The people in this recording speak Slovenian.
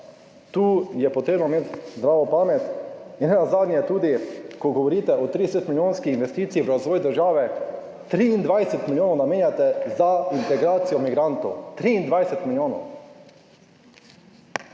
tu je potrebno imeti zdravo pamet in ne nazadnje tudi, ko govorite o 30 milijonski investiciji v razvoj države, 23 milijonov namenjate za integracijo migrantov, 23 milijonov,